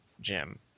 Jim